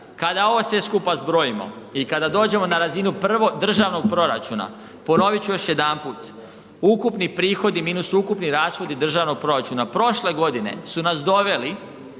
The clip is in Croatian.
kada ovo sve skupa zbrojimo i kada dođemo na razinu prvog državnog proračuna, ponovit ću još jedanput, ukupni prihodi minus ukupni rashodi državnog proračuna, prošle godine su nas doveli